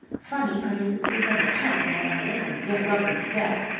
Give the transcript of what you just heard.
funny how you can see what a chump a man is and yet love him to death.